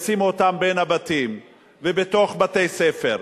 ישימו אותם בין הבתים ובתוך בתי-ספר,